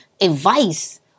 advice